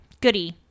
Goody